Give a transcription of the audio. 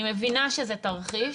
אני מבינה שזה תרחיש,